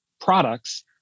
products